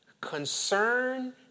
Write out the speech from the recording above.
Concern